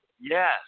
Yes